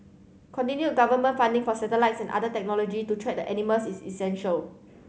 continued government funding for satellites and other technology to track the animals is essential